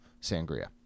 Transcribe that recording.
Sangria